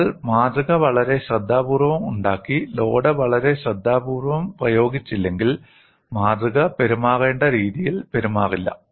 നിങ്ങൾ മാതൃക വളരെ ശ്രദ്ധാപൂർവ്വം ഉണ്ടാക്കി ലോഡ് വളരെ ശ്രദ്ധാപൂർവ്വം പ്രയോഗിച്ചില്ലെങ്കിൽ മാതൃക പെരുമാറേണ്ട രീതിയിൽ പെരുമാറില്ല